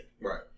Right